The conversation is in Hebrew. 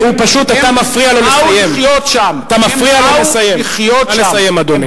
הם ירצחו אותנו, הם ירצחו אותנו ואנחנו נברח.